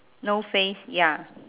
no face ya